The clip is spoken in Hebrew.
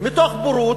מתוך בורות,